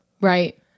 Right